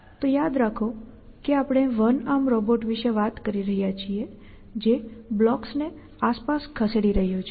તે યાદ રાખો કે આપણે વન આર્મ રોબોટ વિશે વાત કરી રહ્યા છીએ જે બ્લોક્સને આસપાસ ખસેડી રહ્યું છે